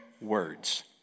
words